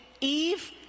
Eve